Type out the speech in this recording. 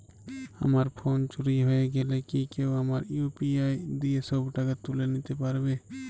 আমার ফোন চুরি হয়ে গেলে কি কেউ আমার ইউ.পি.আই দিয়ে সব টাকা তুলে নিতে পারবে?